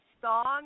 Song